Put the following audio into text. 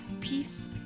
peace